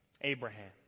Abraham